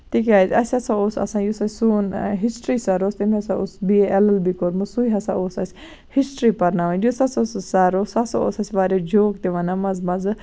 تِکیٛازِ اَسہِ ہسا اوس آسان یُس اَسہِ سوٚن ہِسٹری سر اوس تٔمۍ ہسا اوس B A L L B کوٚرمُت سُے ہسا اوس اَسہِ ہِسٹری پَرناوان یُس ہسا سُہ سر اوس سُہ ہسا اوس اَسہِ واریاہ جوک تہِ وَنان منٛزٕ منٛزٕ